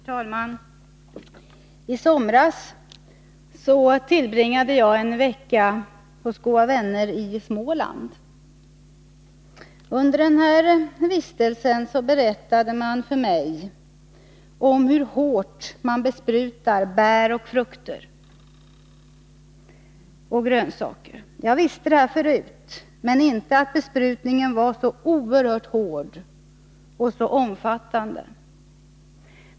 Herr talman! I somras tillbringade jag en vecka hos goda vänner i Småland. Under denna vistelse berättade man för mig om hur hårt man besprutar bär, frukter och grönsaker. Jag visste detta förut, men inte att besprutningen var så oerhört hård och omfattande.